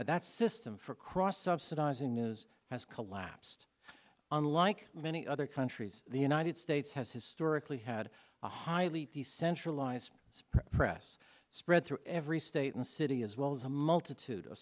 that system for cross subsidising news has collapsed unlike many other countries the united states has historically had a highly decentralized press spread through every state and city as well as a multitude